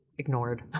ignored.